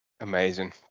Amazing